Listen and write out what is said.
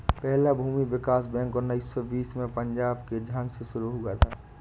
पहला भूमि विकास बैंक उन्नीस सौ बीस में पंजाब के झांग में शुरू हुआ था